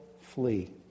flee